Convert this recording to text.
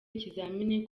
ikizamini